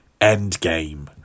Endgame